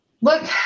Look